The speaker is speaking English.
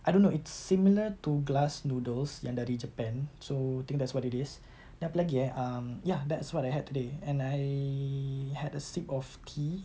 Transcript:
I don't know it's similar to glass noodles yang dari japan so I think that's what it is then apa lagi eh um ya that's what I had today and I had a sip of tea